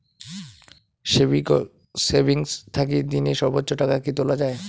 Savings থাকি দিনে সর্বোচ্চ টাকা কি তুলা য়ায়?